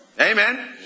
Amen